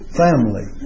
family